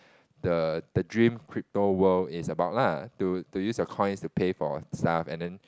the the dream crypto world is about lah to to use your coin to pay for stuff and then